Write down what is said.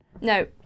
no